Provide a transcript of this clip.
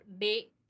day